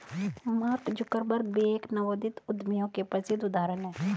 mark Zuckerberg भी नवोदित उद्यमियों के प्रसिद्ध उदाहरण हैं